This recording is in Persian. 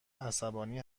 عصبانی